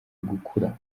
gukura